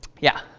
yeah.